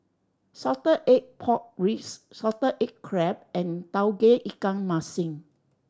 salted egg pork ribs salted egg crab and Tauge Ikan Masin